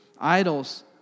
Idols